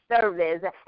service